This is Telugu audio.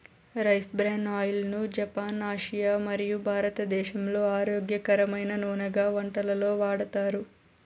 రైస్ బ్రాన్ ఆయిల్ ను జపాన్, ఆసియా మరియు భారతదేశంలో ఆరోగ్యకరమైన నూనెగా వంటలలో వాడతారు